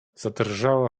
zadrżała